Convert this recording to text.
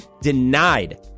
denied